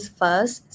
first